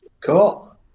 cool